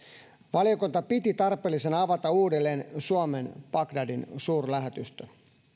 valiokunta piti tarpeellisena avata uudelleen suomen bagdadin suurlähetystö